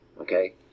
Okay